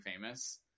famous